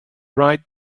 right